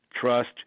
trust